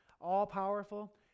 all-powerful